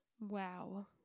Wow